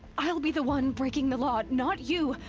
i'll be the one breaking the law, not you!